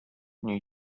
new